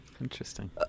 Interesting